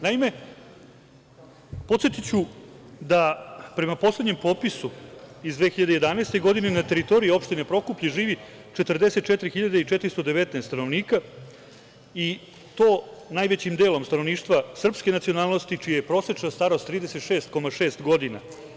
Naime, podsetiću da prema poslednjem popisu iz 2011. godine na teritoriji opštine Prokuplje živi 44.419 stanovnika i to najvećim delom stanovništva srpske nacionalnosti, čija je prosečna starost 36,6 godina.